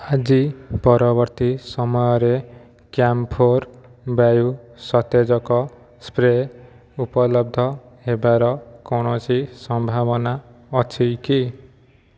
ଆଜି ପରବର୍ତ୍ତୀ ସମୟରେ କ୍ୟାମ୍ପ୍ୟୋର୍ ବାୟୁ ସତେଜକ ସ୍ପ୍ରେ ଉପଲବ୍ଧ ହେବାର କୌଣସି ସମ୍ଭାବନା ଅଛି କି